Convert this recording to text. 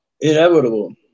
inevitable